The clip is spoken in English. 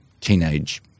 teenage